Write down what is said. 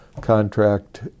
contract